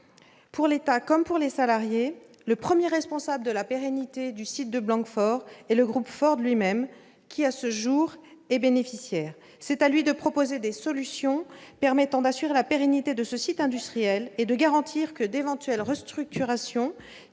Pour l'État comme pour les salariés, le premier responsable de la pérennité du site de Blanquefort est le groupe Ford lui-même, qui, à ce jour, est bénéficiaire. C'est à Ford de proposer des solutions permettant d'assurer la pérennité de ce site industriel et de garantir que d'éventuelles restructurations